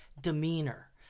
demeanor